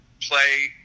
play